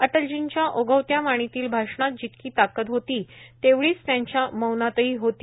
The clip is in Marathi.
अटलजींच्या ओघवत्या वाणीतल्या भाषणात जितकी ताकद होती तेवढीच त्यांच्या मौनातही होती